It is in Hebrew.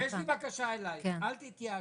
יש לי בקשה אלייך, אל תתייאשי.